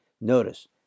Notice